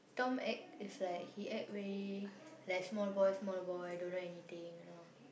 Tom act is like he act very like small boy small boy don't know anything you know